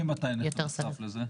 משרד הפנים מתי נחשף לזה?